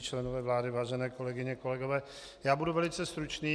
Členové vlády, vážené kolegyně a kolegové, budu velice stručný.